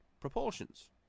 Proportions